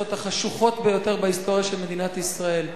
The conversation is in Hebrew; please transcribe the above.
מהכנסות החשוכות ביותר בהיסטוריה של מדינת ישראל.